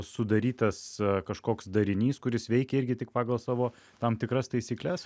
sudarytas kažkoks darinys kuris veikia irgi tik pagal savo tam tikras taisykles